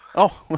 oh!